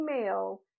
email